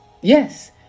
Yes